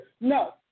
No